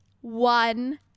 one